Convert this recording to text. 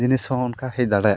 ᱡᱤᱱᱤᱥᱦᱚᱸ ᱚᱱᱠᱟ ᱦᱮᱡ ᱫᱟᱲᱮᱭᱟᱜ ᱠᱟᱱᱟ